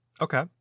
Okay